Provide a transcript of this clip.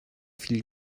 viel